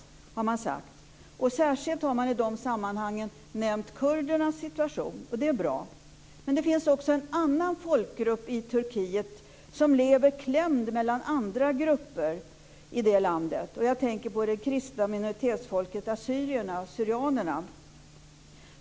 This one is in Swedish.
Det har man sagt. Särskilt har man i de sammanhangen nämnt kurdernas situation. Det är bra. Men det finns också en annan folkgrupp i Turkiet som lever klämd mellan andra grupper. Jag tänker på det kristna minoritetsfolket assyrierna, syrianerna.